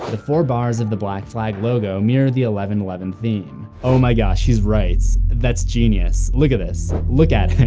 the four bars of the black flag logo mirror the eleven eleven theme. oh my gosh, he's right! that's genius! look at this! look at it!